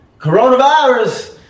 Coronavirus